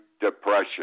depression